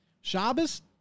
Shabbos